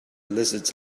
lizards